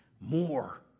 More